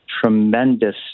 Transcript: tremendous